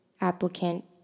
applicant